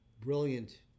brilliant